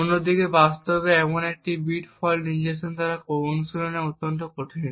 অন্যদিকে বাস্তবে এমন একটি বিট ফল্ট ইনজেকশন করা অনুশীলনে অত্যন্ত কঠিন